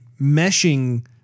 meshing